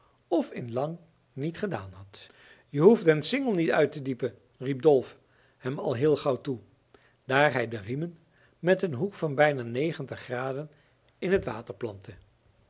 of in lang niet gedaan had je hoeft den singel niet uit te diepen riep dolf hem al heel gauw toe daar hij de riemen met een hoek van bijna negentig graden in t water plantte